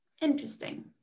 Interesting